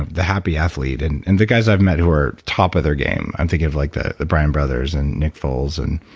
the happy athlete, and and the guys i've met who are top of their game. i'm thinking of like the the bryan brothers and nick foles. and